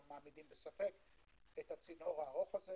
מעמידים בספק את הצינור הארוך הזה.